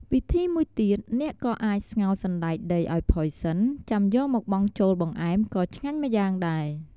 វិធីមួយទៀត អ្នកក៏អាច ស្ងោរសណ្ដែកដីឱ្យផុយសិន ចាំយកមកបង់ចូលបង្អែម ក៏ឆ្ងាញ់ម្យ៉ាងដែរ។